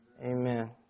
Amen